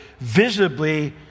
visibly